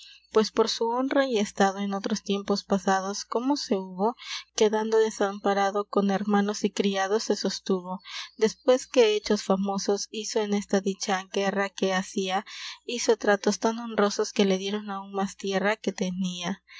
pues por su honrra y estado en otros tiempos passados como se huuo quedando desamparado con hermanos y criados se sostuuo despues que fechos famosos fizo en esta dicha guerra que fazia fizo tratos tan honrrosos que le dieron avn mas tierra que